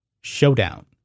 showdown